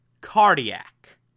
Cardiac